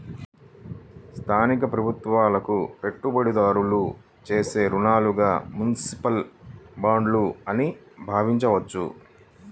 స్థానిక ప్రభుత్వాలకు పెట్టుబడిదారులు చేసే రుణాలుగా మునిసిపల్ బాండ్లు అని భావించవచ్చు